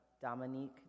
Dominique